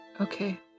Okay